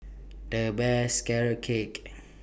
The Best Carrot Cake